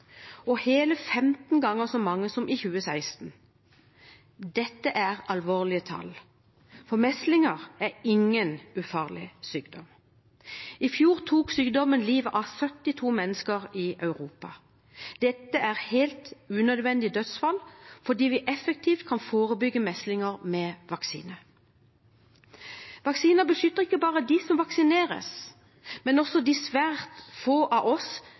og hele 15 ganger så mange som i 2016. Dette er alvorlige tall, for meslinger er ingen ufarlig sykdom. I fjor tok sykdommen livet av 72 mennesker i Europa. Dette er helt unødvendige dødsfall fordi vi effektivt kan forebygge meslinger med vaksine. Vaksiner beskytter ikke bare dem som vaksineres, men også de svært få av oss